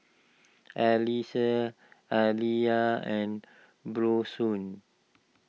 Alecia Aliya and Bronson